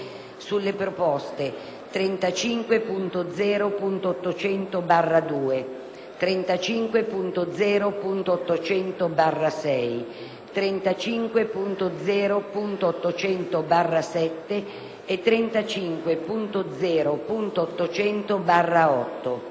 sulle proposte 35.0.800/2, 35.0.800/6, 35.0.800/7 e 35.0.800/8.